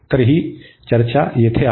तर ही चर्चा येथे आहे